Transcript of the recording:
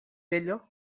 velo